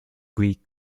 greek